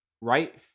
right